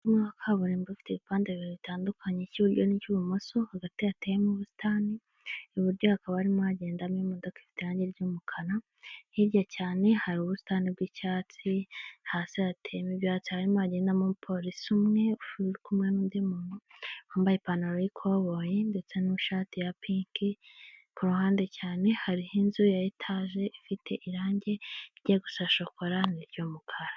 Umuhanda umwe wa kaburimbo ufite ibipande bibiri bitandukanye icyo iburyo n'icyo ibumoso, hagati yateyemo mu ubusitani iburyo hakaba arimo hagendamo imodoka ifite irangi ry'umukara hirya cyane hari ubusitani bw'icyatsi, hasi hateyemo ibyatsi harimo hagendemo umupolisi umwe uri kumwe n'undi muntu wambaye ipantaro y'ikoboyi ndetse n'ishati ya pinki ku ruhande cyane hariho inzu ya etage ifite irangi rijya gusa shokora ni iry'umukara.